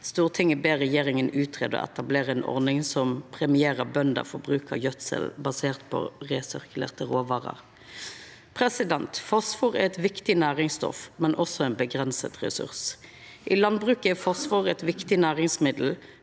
Stortinget ber regjeringen utrede og etablere en ordning som premierer bønder for bruk av gjødsel basert på resirkulerte råvarer.» Fosfor er eit viktig næringsstoff, men også ein avgrensa ressurs. I landbruket er fosfor eit viktig næringsmiddel,